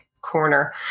corner